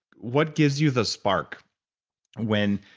what gives you the spark when.